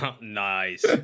Nice